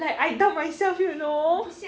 like I doubt myself you know